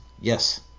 Yes